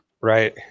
Right